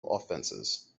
offenses